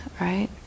right